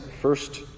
first